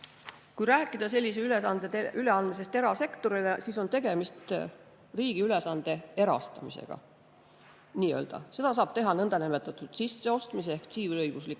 Kui rääkida sellise ülesande üleandmisest erasektorile, siis on tegemist riigi ülesande erastamisega. Seda saab teha niinimetatud sisseostmise ehk tsiviilõigusliku